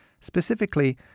Specifically